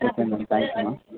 okay ma'am thanks ma'am